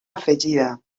afegida